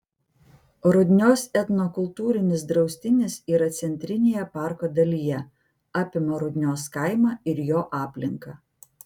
rudnios etnokultūrinis draustinis yra centrinėje parko dalyje apima rudnios kaimą ir jo aplinką